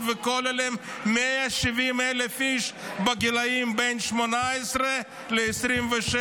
ובכוללים 170,000 איש בגילים בין 18 ל-26.